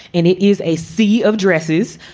and it is a sea of dresses.